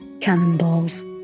cannonballs